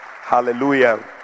Hallelujah